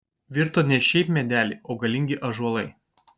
virto ne šiaip medeliai o galingi ąžuolai